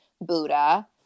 Buddha